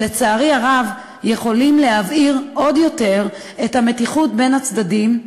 שלצערי הרב יכולים להבעיר עוד יותר את המתיחות בין הצדדים,